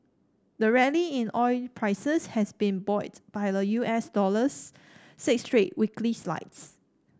the rally in oil prices has been buoyed by the U S dollar's six straight weekly slides